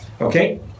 Okay